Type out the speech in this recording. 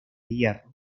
hierro